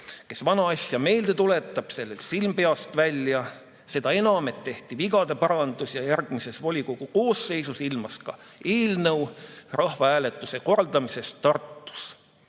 kes vana asja meelde tuletab, sellel silm peast välja. Seda enam, et tehti vigade parandus ja järgmises volikogu koosseisus ilmus ka eelnõu rahvahääletuse korraldamise kohta